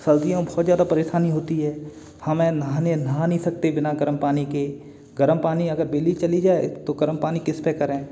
सर्दियों में बहुत ज़्यादा परेशानी होती है हमें नहाने नहा नहीं सकते बिना गर्म पानी के गर्म पानी अगर बिजली चली जाए तो गर्म पानी किस पे करें